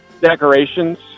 decorations